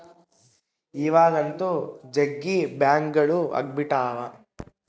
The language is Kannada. ಇವಾಗಂತೂ ಜಗ್ಗಿ ಬ್ಯಾಂಕ್ಗಳು ಅಗ್ಬಿಟಾವ